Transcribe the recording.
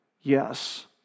yes